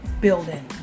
building